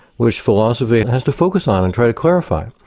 which philosophy has to focus on and try to clarify.